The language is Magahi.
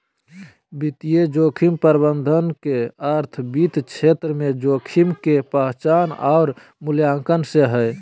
वित्तीय जोखिम प्रबंधन के अर्थ वित्त क्षेत्र में जोखिम के पहचान आर मूल्यांकन से हय